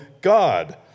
God